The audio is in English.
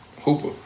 Hooper